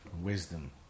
Wisdom